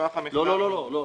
לא.